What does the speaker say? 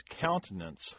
countenance